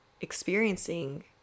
experiencing